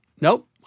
nope